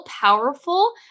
powerful